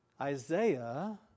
Isaiah